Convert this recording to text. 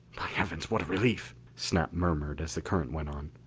by heavens, what a relief! snap murmured as the current went on.